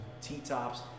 T-Tops